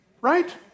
right